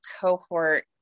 cohort